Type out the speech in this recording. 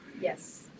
Yes